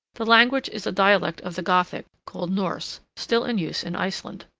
the language is a dialect of the gothic, called norse, still in use in iceland.